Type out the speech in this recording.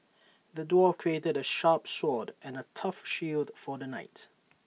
the dwarf crafted A sharp sword and A tough shield for the knight